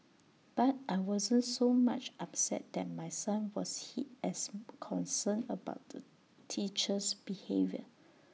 but I wasn't so much upset that my son was hit as concerned about the teacher's behaviour